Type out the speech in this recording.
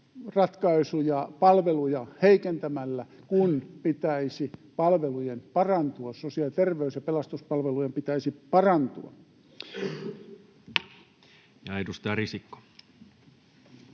ratkaisuja palveluja heikentämällä, kun sosiaali-, terveys- ja pelastuspalvelujen pitäisi parantua? Ja edustaja Risikko.